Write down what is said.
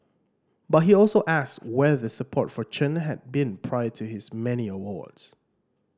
but he also asks where the support for Chen had been prior to his many awards